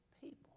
people